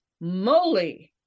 moly